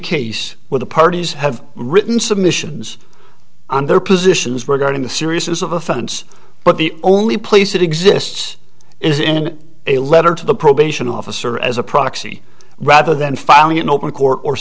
case where the parties have written submissions on their positions were going the seriousness of offense but the only place it exists is in a letter to the probation officer as a proxy rather than filing in open court or